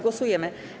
Głosujemy.